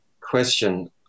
question